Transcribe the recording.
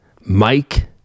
mike